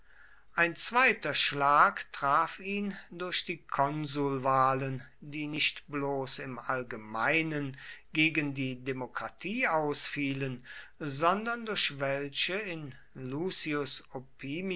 ein zweiter schlag traf ihn durch die konsulwahlen die nicht bloß im allgemeinen gegen die demokratie ausfielen sondern durch welche in